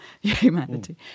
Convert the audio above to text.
humanity